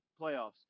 playoffs